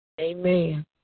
Amen